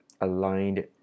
aligned